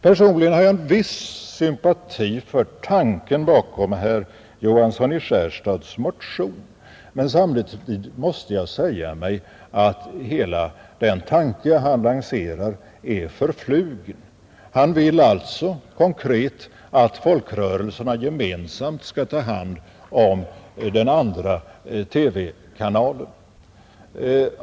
Personligen har jag viss sympati för tanken bakom herr Johanssons i Skärstad motion, men samtidigt måste jag säga mig att hela den idé han lanserar är förflugen. Han vill konkret sagt att folkrörelserna gemensamt skall ta hand om den andra TV-kanalen.